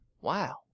Wow